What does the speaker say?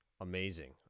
Amazing